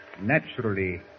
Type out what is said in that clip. Naturally